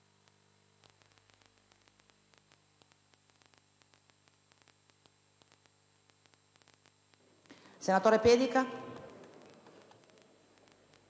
senatore Pedica.